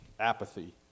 apathy